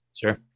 Sure